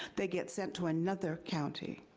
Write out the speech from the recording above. they get sent to another county,